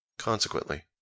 Consequently